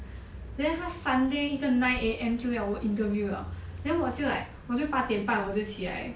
then 他 sunday 一个 nine A_M 就要我 interview liao then 我就 like 我就八点半我就起来